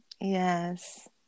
Yes